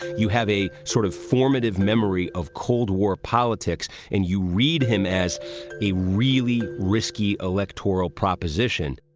you have a sort of formative memory of cold war politics and you read him as a really risky electoral proposition